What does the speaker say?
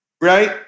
right